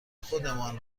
خودمان